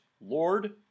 Lord